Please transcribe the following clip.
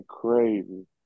crazy